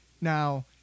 now